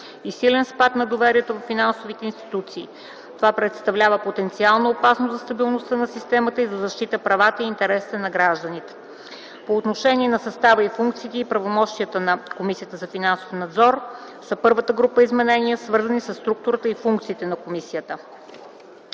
и силен спад на доверието във финансовите институции. Това представлява потенциална опасност за стабилността на системата и за защита правата и интересите на гражданите. По отношение на състава и функциите, и правомощията на Комисията за финансов надзор са първата група изменения, свързани със структурата и функциите на комисията.